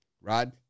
Rod